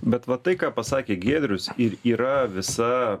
bet va tai ką pasakė giedrius ir yra visa